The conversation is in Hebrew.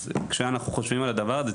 אז כשאנחנו חושבים על הדבר הזה,